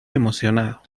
emocionado